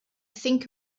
think